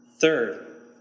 Third